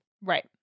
Right